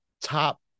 top